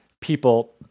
people